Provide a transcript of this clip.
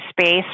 space